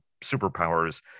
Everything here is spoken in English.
superpowers